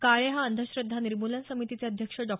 काळे हा अंधश्रद्धा निर्मूलन समितीचे अध्यक्ष डॉ